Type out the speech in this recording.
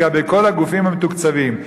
לגבי כל הגופים המתוקצבים.